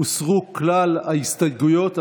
הוסרו כלל ההסתייגויות.